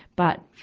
but,